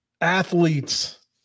athletes